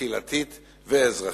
קהילתית ואזרחית.